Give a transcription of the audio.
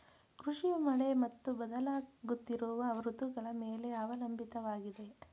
ಕೃಷಿಯು ಮಳೆ ಮತ್ತು ಬದಲಾಗುತ್ತಿರುವ ಋತುಗಳ ಮೇಲೆ ಅವಲಂಬಿತವಾಗಿದೆ